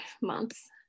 months